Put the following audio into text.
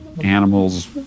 Animals